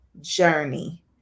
journey